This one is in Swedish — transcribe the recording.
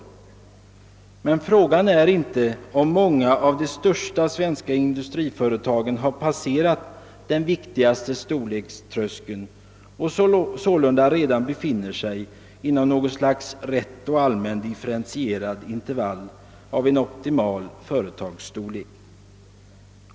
Det kan emellertid ifrågasättas om inte många av de största svenska industriföretagen har passerat den viktigaste storlekströskeln och sålunda redan befinner sig inom intervallet för optimal företagsstorlek.